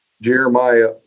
Jeremiah